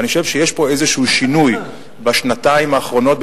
ואני חושב שיש כאן איזה שינוי בשנתיים האחרונות,